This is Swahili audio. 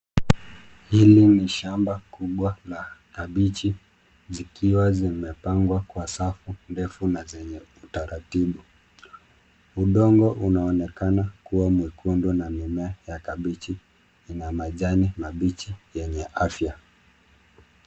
Hili ni shamba kubwa la kabichi zikiwa zimepangwa kwa safu ndefu na zenye utaratibu. Udongo unaonekana kuwa mwekundu na mimea ya kabichi ina majani mabichi yenye afya.